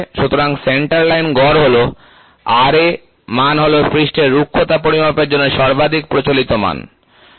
সুতরাং centre line গড় হল Ra মান হল পৃষ্ঠের রুক্ষতা পরিমাপের জন্য সর্বাধিক প্রচলিত মান